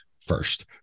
first